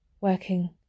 working